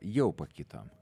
jau pakito